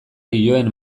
dioen